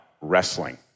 wrestling